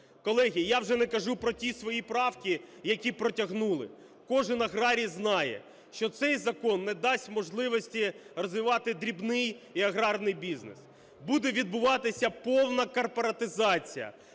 Колеги, я вже не кажу про ті свої правки, які протягнули. Кожен аграрій знає, що цей закон не дасть можливості розвивати дрібний і аграрний бізнес. Буде відбуватися повна корпоратизація,